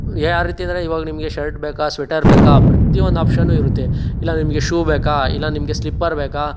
ಯಾರೀತಿ ಅಂದರೆ ಇವಾಗ ನಿಮಗೆ ಶರ್ಟ್ ಬೇಕಾ ಸ್ವೆಟರ್ ಬೇಕಾ ಪ್ರತಿಯೊಂದು ಆಪ್ಷನ್ನು ಇರುತ್ತೆ ಇಲ್ಲ ನಿಮಗೆ ಶೂ ಬೇಕಾ ಇಲ್ಲ ನಿಮ್ಗೆ ಸ್ಲಿಪ್ಪರ್ ಬೇಕಾ